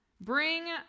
bring